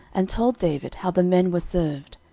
and told david how the men were served.